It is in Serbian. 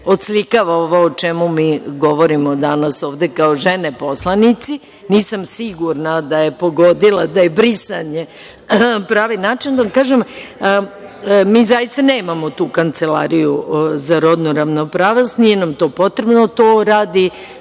odslikava ovo o čemu mi govorimo danas ovde kao žene poslanici. Nisam sigurna da je pogodila da je brisanje pravi način, da vam kažem. Mi zaista nemamo tu kancelariju za rodnu ravnopravnost, nije nam to potrebno. To radi